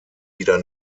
wieder